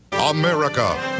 America